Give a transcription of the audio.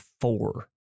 four